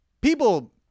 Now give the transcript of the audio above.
people